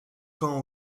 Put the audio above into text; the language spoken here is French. quand